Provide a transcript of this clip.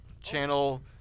channel